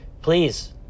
please